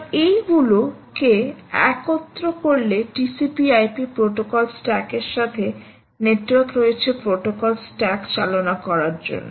এবার এইগুলো কে একত্র করলে TCP IP প্রটোকল স্ট্যাক এর সাথে নেটওয়ার্ক রয়েছে প্রটোকল স্ট্যাক চালনা করার জন্য